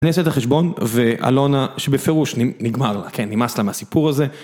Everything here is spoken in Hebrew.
אני אעשה את החשבון, ואלונה, שבפירוש נגמר לה... כן? נמאס לה מהסיפור הזה...